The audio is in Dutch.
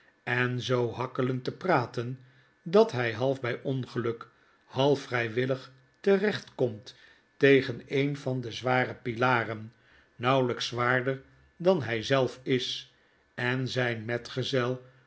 en zoo hakkelend te praten dat hy half bij ongeluk half vrijwillig terecht komt tegen een van de zware pilaren nauwelijks zwaarder dan hij zelf is en zijn metgezel